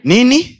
Nini